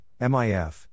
MIF